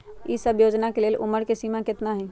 ई सब योजना के लेल उमर के सीमा केतना हई?